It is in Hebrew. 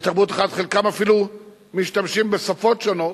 לתרבות אחת, חלקם אפילו משתמשים בשפות שונות.